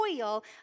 oil